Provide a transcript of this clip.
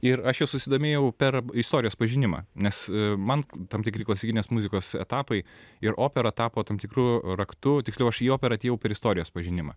ir aš ja susidomėjau per istorijos pažinimą nes man tam tikri klasikinės muzikos etapai ir opera tapo tam tikru raktu tiksliau aš į operą atėjau per istorijos pažinimą